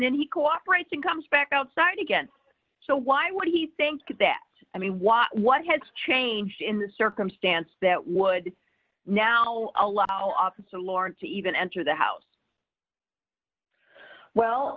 then he cooperates and comes back outside again so why would he think that i mean why what had changed in the circumstance that would now allow officer lauren to even enter the house well